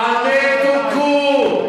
תוכו,